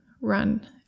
run